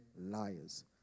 liars